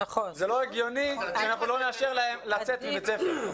זה לא הגיוני שלא נאשר להם לצאת מבית ספר.